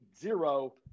zero